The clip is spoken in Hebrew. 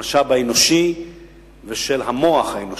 המשאב האנושי והמוח האנושי.